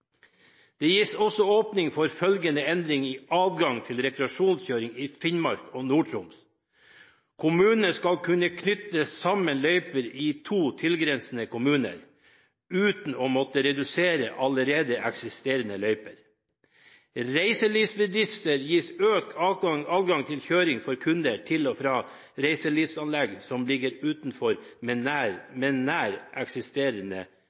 Det gis også åpning for følgende endring i adgang til rekreasjonskjøring i Finnmark og Nord-Troms: Kommunen skal kunne knytte sammen løyper i to tilgrensende kommuner uten å måtte redusere allerede eksisterende løyper. Reiselivsbedrifter gis økt adgang til kjøring for kunder til og fra reiselivsanlegg som ligger utenfor,